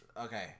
okay